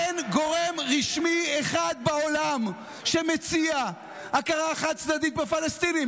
אין גורם רשמי אחד בעולם שמציע הכרה חד-צדדית בפלסטינים.